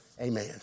Amen